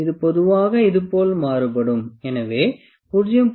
இது பொதுவாக இதுபோல் மாறுபடும் எனவே 0